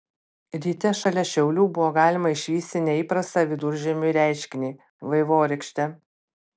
ryte šalia šiaulių buvo galima išvysti neįprastą viduržiemiui reiškinį vaivorykštę